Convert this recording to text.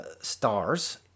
stars